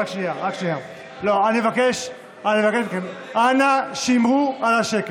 אני מבקש מכם, אנא, שמרו על השקט.